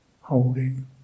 holding